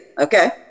Okay